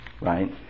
right